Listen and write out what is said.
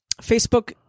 Facebook